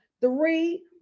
three